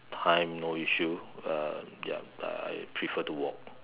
time no issue um yum I prefer to walk